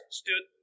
stood